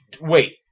wait